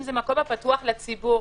אם זה מקום פתוח לציבור,